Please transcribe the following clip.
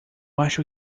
acho